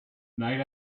night